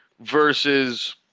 versus